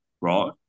right